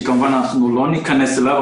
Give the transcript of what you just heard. שכמובן לא ניכנס אליו,